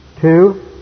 Two